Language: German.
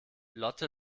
lotte